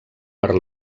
per